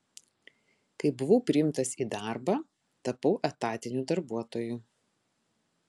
kai buvau priimtas į darbą tapau etatiniu darbuotoju